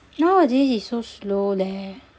nowadays is so slow leh